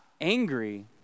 angry